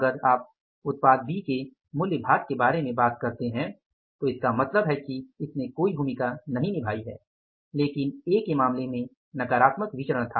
अगर आप उत्पाद बी के मूल्य भाग के बारे में बात करते हैं तो इसने कोई भूमिका नहीं निभाई है लेकिन ए के मामले में नकारात्मक विचरण था